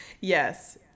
Yes